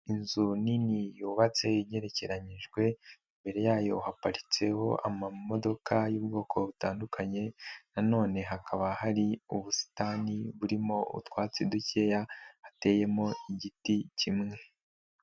Inzu nini yubatse igerekeranijwe, mbere yayo haparitseho amamodoka y'ubwoko butandukanye, na none hakaba hari ubusitani burimo utwatsi dukeya, hateyemo igiti kimwe.